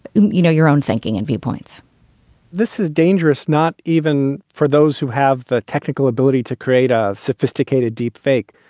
you know, your own thinking and viewpoints this is dangerous, not even for those who have the technical ability to create ah sophisticated, deep fake.